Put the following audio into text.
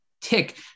tick